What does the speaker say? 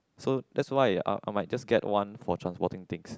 so that's why I'll I might just get one for transporting things